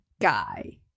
guy